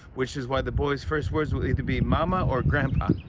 which is why the boy's first words will either be mama or grandpa.